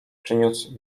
przyniósł